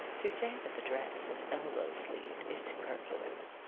to say that the dress was elbow-sleeved is superfluous.